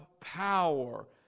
power